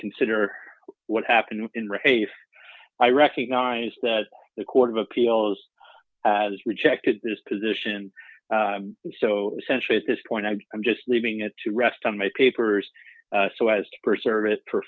consider what happened in race i recognize that the court of appeals has rejected this position so essentially at this point and i'm just leaving it to rest on my papers so as to preserve it